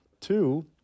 Two